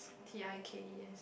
T I K E S